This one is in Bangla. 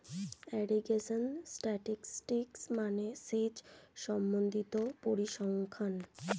ইরিগেশন স্ট্যাটিসটিক্স মানে সেচ সম্বন্ধিত পরিসংখ্যান